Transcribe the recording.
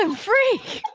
um free.